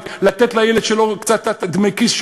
לתת לילד קצת דמי כיס,